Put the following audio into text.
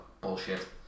bullshit